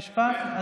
חוק ומשפט?